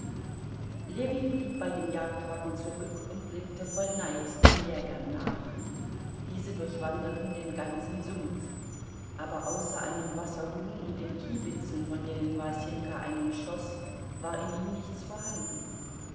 ljewin blieb bei dem jagdwagen zurück und blickte voll neid den jägern nach diese durchwanderten den ganzen sumpf aber außer einem wasserhuhn und den kiebitzen von denen wasenka einen schoß war in ihm nichts vorhanden